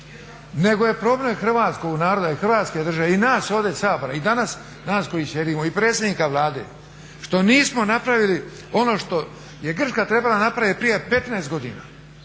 Nego je problem hrvatskog naroda i Hrvatske države i nas ovdje Sabora i danas nas koji … i predsjednika Vlade što nismo napravili ono što je Grčka trebala napraviti prije 15 godina